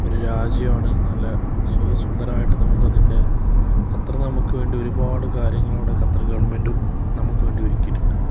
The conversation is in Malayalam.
ഒരു രാജ്യമാണ് നല്ല സുഗസുന്ദരമായിട്ട് നമുക്ക് അതിന്റെ ഖത്തറ് നമുക്ക് വേണ്ടി ഒരുപാട് കാര്യങ്ങൾ അവിടെ ഖത്തറ് ഗവൺമെൻ്റും നമുക്ക് വേണ്ടി ഒരുക്കിയിട്ടുണ്ട്